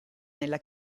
nella